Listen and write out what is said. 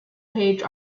page